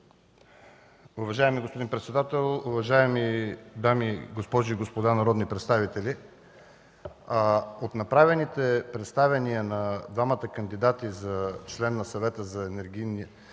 Уважаеми господин председател, уважаеми госпожи и господа народни представители! От направените представяния на двамата кандидати за членове на СЕМ